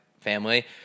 family